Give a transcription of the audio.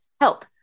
help